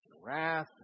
wrath